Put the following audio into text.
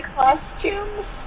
costumes